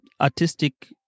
artistic